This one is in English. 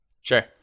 Sure